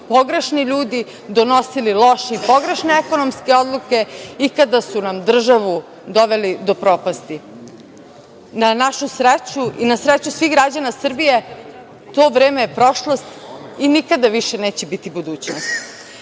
pogrešni ljudi donosili loše i pogrešne ekonomske odluke i kada su nam državu doveli do propasti. Na našu sreću i na sreću svih građana Srbije to vreme je prošlost i nikada više neće biti budućnost. Izmene